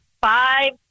five